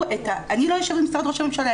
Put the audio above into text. אני לא יושבת במשרד ראש הממשלה,